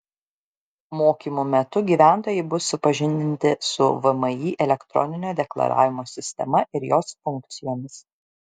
mokymų metu gyventojai bus supažindinti su vmi elektroninio deklaravimo sistema ir jos funkcijomis